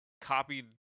copied